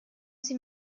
sie